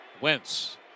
Wentz